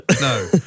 no